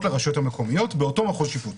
לרשויות המקומיות באותו מחוז שיפוט.